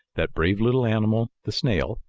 that brave little animal, the snail,